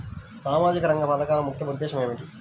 సామాజిక రంగ పథకాల ముఖ్య ఉద్దేశం ఏమిటీ?